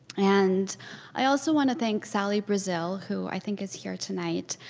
and i also want to thank sally brazil, who i think is here tonight,